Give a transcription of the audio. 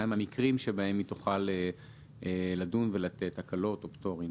מה הם המקרים בהם היא תוכל לדון ולתת הקלות או פטורים.